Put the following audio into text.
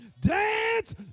Dance